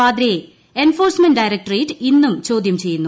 വാദ്രയെ enforcement directorate ഇന്നും ചോദ്യം ചെയ്യുന്നു